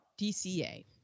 DCA